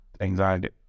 anxiety